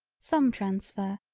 some transfer,